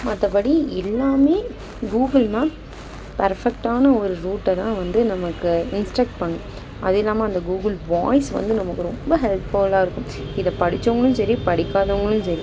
மற்றபடி எல்லாம் Google map பர்ஃபெக்ட்டான ஒரு ரூட்டை தான் வந்து நமக்கு இன்ஸ்ட்ரக்ட் பண்ணும் அது இல்லாமல் அந்த கூகுள் வாய்ஸ் வந்து நமக்கு ரொம்ப ஹெல்ப்ஃபுல்லாக இருக்கும் இதை படிச்சவங்களும் சரி படிக்காதவங்களும் சரி